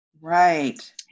Right